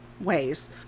ways